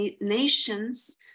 nations